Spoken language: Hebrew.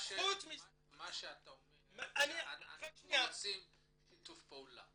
אתה אומר שאתם רוצים שיתוף פעולה.